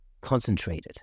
concentrated